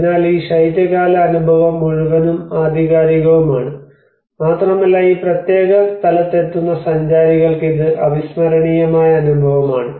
അതിനാൽ ഈ ശൈത്യകാല അനുഭവം മുഴുവനും ആധികാരികവുമാണ് മാത്രമല്ല ഈ പ്രത്യേക സ്ഥലത്തെത്തുന്ന സഞ്ചാരികൾക്ക് ഇത് അവിസ്മരണീയമായ അനുഭവമാണ്